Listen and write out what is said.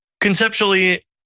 Conceptually